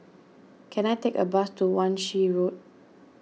can I take a bus to Wan Shih Road